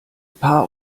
paar